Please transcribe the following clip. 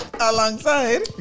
alongside